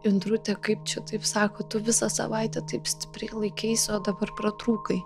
indrute kaip čia taip sako tu visą savaitę taip stipriai laikeisi o dabar pratrūkai